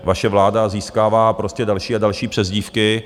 Vaše vláda získává prostě další a další přezdívky.